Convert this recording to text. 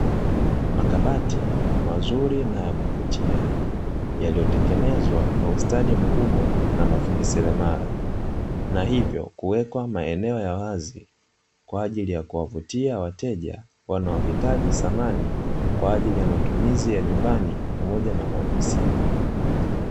Makabati mazuri yaliyotengenezwa kwa ustadi mkubwa na mafundi selemala, na hivyo kuwekwa maeneo kwa ajili ya kuavutia wateja wanaohitaji thamani kwa ajili ya matumizi ya nyumbani pamoja na maofisini.